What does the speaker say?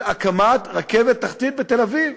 של הקמת רכבת תחתית בתל-אביב.